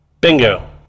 bingo